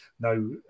no